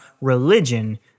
religion—